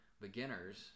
beginners